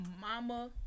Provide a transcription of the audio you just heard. mama